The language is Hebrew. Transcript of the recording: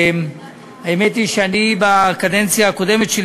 האמת היא שאני בקדנציה הקודמת שלי